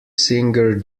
singer